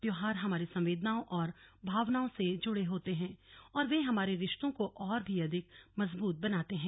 त्योहार हमारी संवेदनाओं और भावनाओं से जुड़े होते हैं और वे हमारे रिश्तों को और भी अधिक मजबूत बनाते हैं